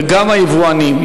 וגם היבואנים,